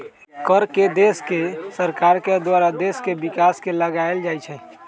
कर के देश के सरकार के द्वारा देश के विकास में लगाएल जाइ छइ